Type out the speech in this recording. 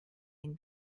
den